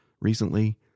recently